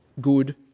good